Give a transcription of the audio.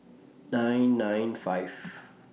nine nine five